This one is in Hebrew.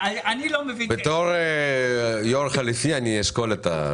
כנראה שלא היו הסכמות ושוב עבדו